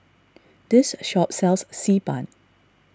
this shop sells Xi Ban